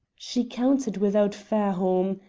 she counted without fairholme.